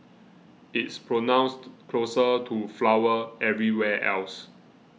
it's pronounced closer to flower everywhere else